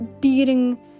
beating